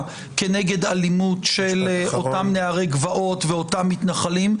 כנגד אלימות של אותם נערי גבעות ואותם מתנחלים,